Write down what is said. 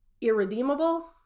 irredeemable